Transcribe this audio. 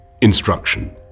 instruction